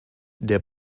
der